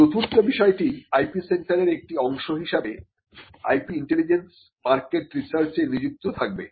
চতুর্থ বিষয়টি IP সেন্টারের একটি অংশ হিসাবে IP ইন্টেলিজেন্স মার্কেট রিসার্চে নিযুক্ত থাকবে